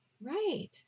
right